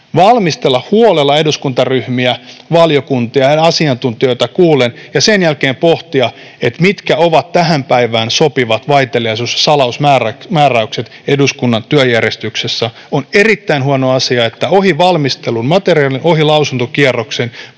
valmistella huolella eduskuntaryhmiä, valiokuntia ja asiantuntijoita kuullen ja sen jälkeen pohtia, mitkä ovat tähän päivään sopivat vaiteliaisuus- ja salausmääräykset eduskunnan työjärjestyksessä. On erittäin huono asia, että ohi valmistellun materiaalin, ohi lausuntokierroksen,